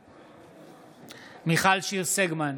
בעד מיכל שיר סגמן,